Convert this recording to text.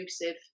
inclusive